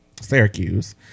Syracuse